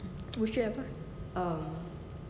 would you ever